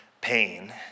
pain